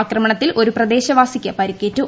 ആക്രമണത്തിൽ ഒരു പ്രദേശവാസിക്ക് പരിക്കേറ്റു